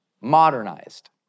modernized